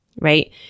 right